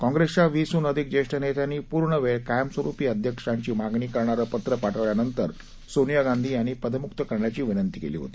काँग्रस्त्रिया वीसहून अधिक ज्यष्ठनस्त्रांनी पूर्णवर्ष कायमस्वरुपी अध्यक्षाची मागणी करणारं पत्र पाठवल्यानंतर सोनिया गांधी यांनी पदम्क्त करण्याची विनंती कल्ली होती